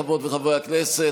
חברות וחברי הכנסת,